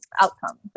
outcomes